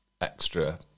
extra